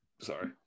Sorry